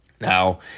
Now